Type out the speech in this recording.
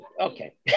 Okay